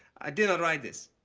i did not write this,